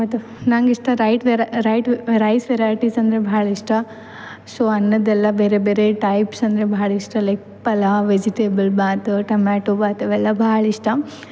ಮತ್ತು ನಂಗೆ ಇಷ್ಟ ರೈಟ್ ರೆರಾ ರೈಟ್ ರೈಸ್ ವೆರೈಟಿಸ್ ಅಂದರೆ ಭಾಳ ಇಷ್ಟ ಸೊ ಅನ್ನದ್ದೆಲ್ಲ ಬೇರೆ ಬೇರೆ ಟೈಪ್ಸ್ ಅಂದರೆ ಭಾಳ ಇಷ್ಟ like pulao vegetable bath tomato bath ಅವೆಲ್ಲ ಭಾಳ ಇಷ್ಟ